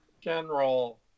general